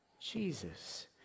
Jesus